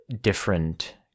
different